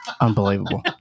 Unbelievable